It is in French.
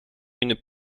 une